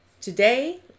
Today